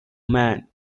men